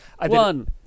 One